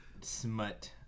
smut